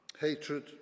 hatred